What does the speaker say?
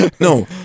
No